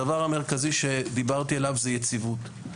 הדבר המרכזי שדיברתי עליו זה יציבות.